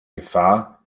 gefahr